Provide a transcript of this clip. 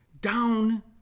down